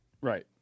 Right